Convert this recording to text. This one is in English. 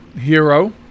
hero